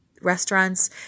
restaurants